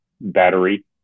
battery